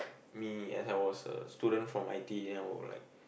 me as I was a student from I_T_E and I will like